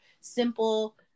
simple